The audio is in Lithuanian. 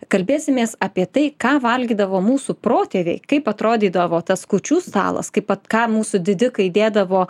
kalbėsimės apie tai ką valgydavo mūsų protėviai kaip atrodydavo tas kūčių stalas kaip at ką mūsų didikai dėdavo